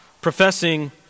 professing